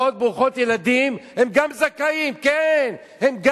משפחות ברוכות ילדים, גם הם זכאים.